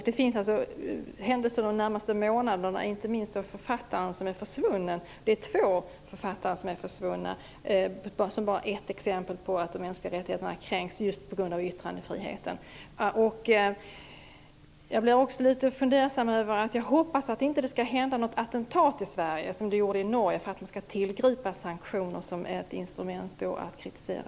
Det finns händelser under de senaste månaderna - inte minst de två författare som är försvunna - som är exempel på att de mänskliga rättigheterna kränks just på grund av yttrandefriheten. Jag hoppas att det inte skall ske något attentat i Sverige, som det gjorde i Norge, för att vi skall tillgripa sanktioner som ett instrument för att kritisera